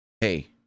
hey